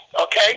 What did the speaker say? Okay